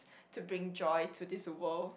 to bring joy to this world